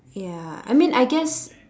ya I mean I guess